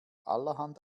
allerhand